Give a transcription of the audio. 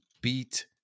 beat